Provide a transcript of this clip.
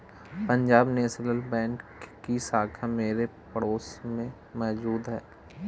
Punjab national bank की शाखा मेरे पड़ोस में मौजूद है